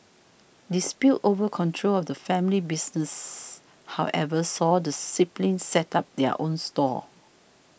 disputes over control of the family business however saw the siblings set up their own stalls